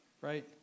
right